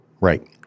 Right